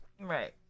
Right